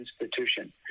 Institution